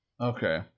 Okay